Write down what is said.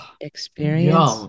experience